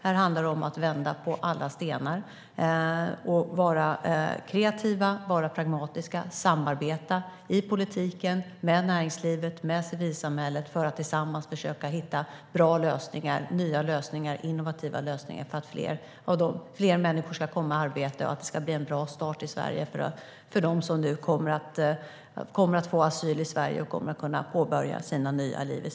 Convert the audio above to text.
Det handlar om att vända på alla stenar, att vara kreativa och pragmatiska och att samarbeta i politiken och med näringslivet och civilsamhället för att tillsammans försöka hitta bra, nya och innovativa lösningar så att fler människor kommer i arbete och så att de som nu får asyl i Sverige får en bra start och kan påbörja sina nya liv här.